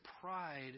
pride